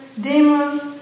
demons